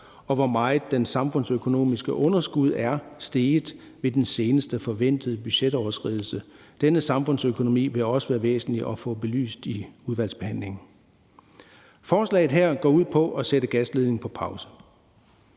og hvor meget det samfundsøkonomiske underskud er steget i den seneste forventede budgetoverskridelse. Denne samfundsøkonomi vil også være væsentlig at få belyst i udvalgsbehandlingen. Kl. 20:56 Forslaget her går ud på at sætte gasledningen på pause.